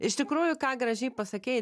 iš tikrųjų ką gražiai pasakei